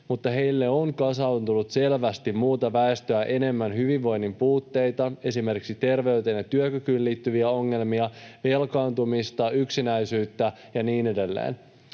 mutta heille on kasaantunut selvästi muuta väestöä enemmän hyvinvoinnin puutteita, esimerkiksi terveyteen ja työkykyyn liittyviä ongelmia, velkaantumista, yksinäisyyttä ja niin edelleen.